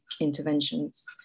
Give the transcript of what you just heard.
interventions